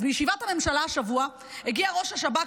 אז בישיבת הממשלה השבוע הגיע ראש השב"כ.